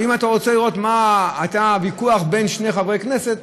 אם אתה רוצה לראות על מה היה ויכוח בין שני חברי כנסת,